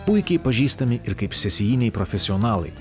puikiai pažįstami ir kaip serijiniai profesionalai